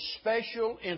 special